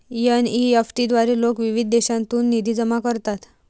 NEFT द्वारे लोक विविध देशांतून निधी जमा करतात